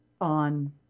on